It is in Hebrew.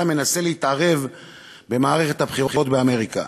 מנסה להתערב במערכת הבחירות באמריקה.